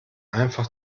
einfach